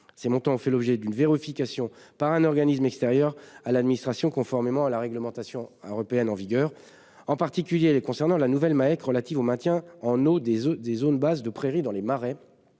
Ces montants ont fait l'objet d'une vérification par un organisme extérieur à l'administration, conformément à la réglementation européenne en vigueur. En particulier, concernant la nouvelle Maec relative au maintien en eau des zones basses de prairies dans les marais,